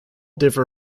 differ